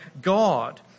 God